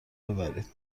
ببرید